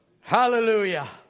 Hallelujah